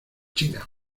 china